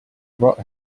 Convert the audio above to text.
bought